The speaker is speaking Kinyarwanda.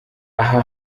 aha